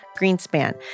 Greenspan